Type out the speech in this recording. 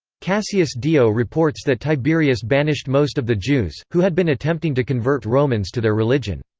cassius dio reports that tiberius banished most of the jews, who had been attempting to convert romans to their religion.